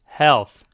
health